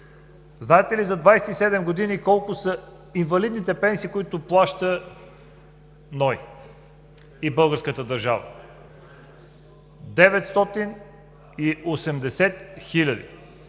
Знаете ли след 27 години колко са инвалидните пенсии, които плаща НОИ и българската държава – 980 хиляди?!